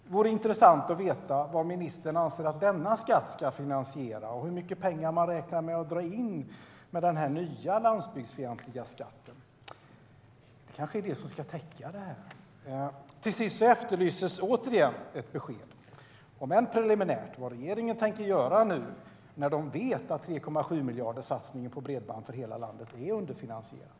Det vore intressant att veta vad ministern anser att denna skatt ska finansiera och hur mycket pengar man räknar med att dra in med den nya landsbygdsfientliga skatten. Det kanske är det som ska täcka det här? Till sist efterlyses återigen besked, om än preliminärt, om vad regeringen tänker göra nu när man vet att 3,7-miljarderssatsningen på bredband för hela landet är underfinansierad.